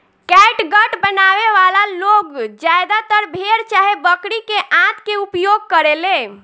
catgut बनावे वाला लोग ज्यादातर भेड़ चाहे बकरी के आंत के उपयोग करेले